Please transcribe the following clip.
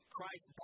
Christ